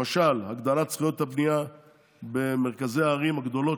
למשל הגדלת זכויות הבנייה במרכזי הערים הגדולות,